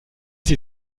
sie